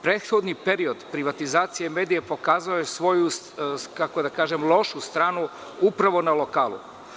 Prethodni period privatizacije medija pokazao je svoju lošu stranu upravo na lokalu.